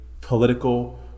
political